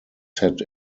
set